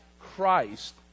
Christ